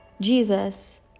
Jesus